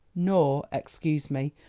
nor, excuse me,